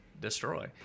destroy